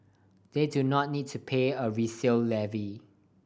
they do not need to pay a resale levy